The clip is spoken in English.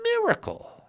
miracle